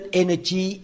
energy